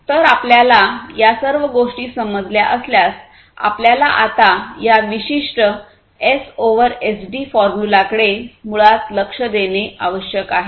तर आपल्याला या सर्व गोष्टी समजल्या असल्यास आपल्याला आता या विशिष्ट एस ओव्हर एसडी फॉर्म्युलाकडे मुळात लक्ष देणे आवश्यक आहे